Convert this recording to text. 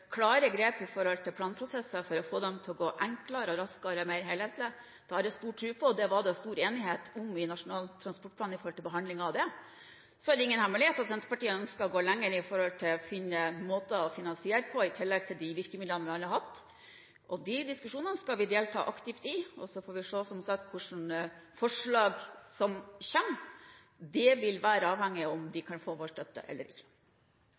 klare grep i planprosesser for å få dem til å gå enklere og raskere og være mer helhetlige. Det har jeg stor tro på, og det var stor enighet om dette under behandlingen av Nasjonal transportplan. Det er ingen hemmelighet at Senterpartiet ønsker å gå lenger for å finne måter å finansiere dette på – i tillegg til de virkemidlene vi har hatt. Disse diskusjonene skal vi delta aktivt i. Så får vi – som sagt – se hvilke forslag som kommer. Det vil være avhengig av om de kan få vår støtte eller ikke.